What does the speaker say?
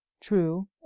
True